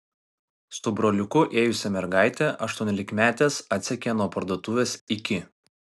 su broliuku ėjusią mergaitę aštuoniolikmetės atsekė nuo parduotuvės iki